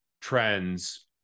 trends